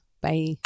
Bye